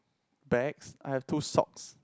bags I have two socks